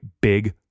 big